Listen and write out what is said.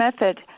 method